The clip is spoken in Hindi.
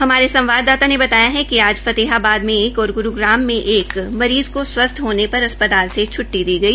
हमारे सवाददाता ने बताया कि आज फतेहाबाद में एक और ग्रूग्राम में एक मरीज़ को स्वस्थ होने पर अस्पताल से छटटी दी गई